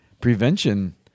prevention